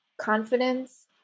confidence